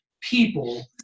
people